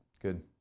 good